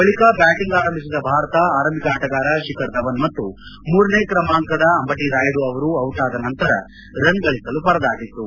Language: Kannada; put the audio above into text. ಬಳಿಕ ಬ್ಲಾಟಿಂಗ್ ಆರಂಭಿಸಿದ ಭಾರತ ಆರಂಭಿಕ ಆಟಗಾರ ಶಿಖರ್ಧವನ್ ಮತ್ತು ಮೂರನೇ ಕ್ರಮಾಂಕದ ಅಂಬಟಿ ರಾಯಡು ಅವರು ಔಟ್ ಅದ ನಂತರ ರನ್ ಗಳಿಸಲು ಪರದಾಡಿತು